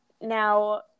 Now